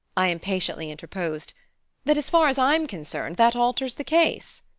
i impatiently interposed, that, as far as i'm concerned, that alters the case.